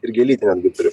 ir gėlytę netgi turiu